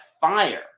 fire